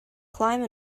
climb